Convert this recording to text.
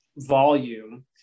volume